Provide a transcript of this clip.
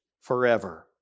forever